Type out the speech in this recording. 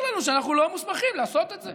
לנו שאנחנו לא מוסמכים לעשות את זה